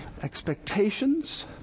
expectations